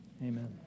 Amen